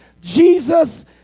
Jesus